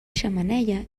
xemeneia